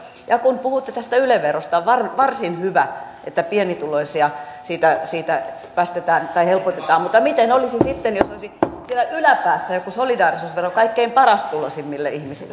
ja kun puhutte tästä yle verosta on varsin hyvä että pienituloisia siitä helpotetaan mutta miten olisi sitten jos olisi siellä yläpäässä joku solidaarisuusvero kaikkein parastuloisimmille ihmisille